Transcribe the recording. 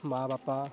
ମାଁ ବାପା